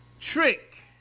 Trick